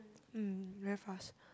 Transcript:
um very fast